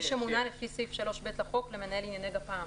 "מי שמונה לפי סעיף 3(ב) לחוק למנהל גפ"מ.